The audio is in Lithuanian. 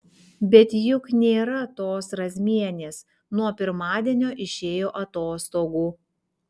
bet juk nėra tos razmienės nuo pirmadienio išėjo atostogų